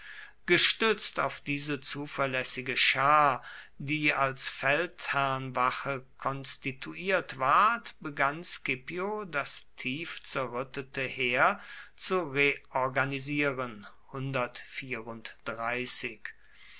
gestützt auf diese zuverlässige schar die als feldherrnwache konstituiert ward begann scipio das tief zerrüttete heer zu reorganisieren